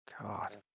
God